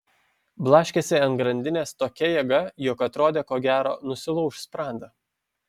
blaškėsi ant grandinės tokia jėga jog atrodė ko gero nusilauš sprandą